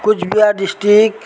Cooch Behar district